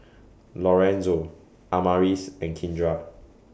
Lorenzo Amaris and Kindra